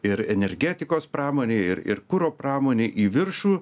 ir energetikos pramonė ir ir kuro pramonė į viršų